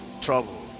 trouble